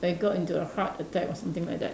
I got into a heart attack or something like that